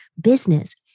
business